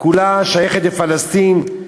כולה שייכת לפלסטין.